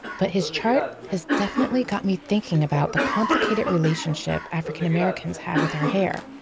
but his chart has definitely got me thinking about the complicated relationship african-americans have with our hair.